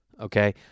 Okay